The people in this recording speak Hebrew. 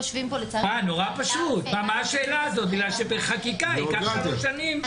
נורא פשוט: בגלל שבחקיקה זה ייקח שלוש שנים.